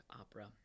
Opera